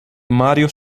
mario